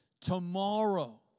tomorrow